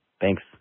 thanks